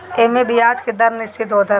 एमे बियाज के दर निश्चित होत हवे